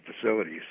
facilities